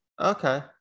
Okay